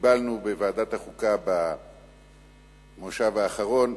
שקיבלנו בוועדת החוקה במושב האחרון,